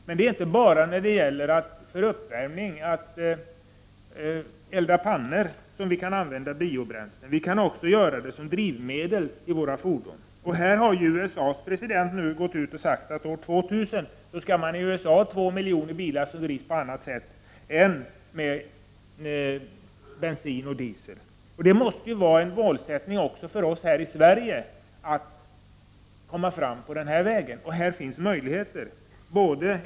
Det är inte bara när det är fråga om uppvärmning och eldning av pannor som vi kan använda biobränslen. Vi kan använda biobränslen som drivmedel i våra fordon. USA:s president har gått ut och sagt att år 2000 skall man i USA ha 2 miljoner bilar som drivs på annat sätt än med bensin och diesel. En sådan utveckling måste vara en målsättning även för oss i Sverige. Här finns möjligheter.